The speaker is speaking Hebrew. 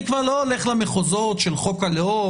אני כבר לא הולך למחוזות של חוק הלאום,